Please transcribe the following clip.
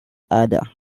ada